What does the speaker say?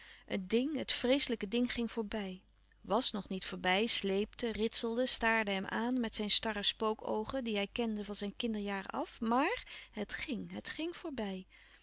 het ding het vreeslijke ding ging voorbij wàs nog niet voorbij sleepte ritselde staarde hem aan met zijn starre spookoogen die hij kende van zijn kinderjaren af maar het ging het ging voorbij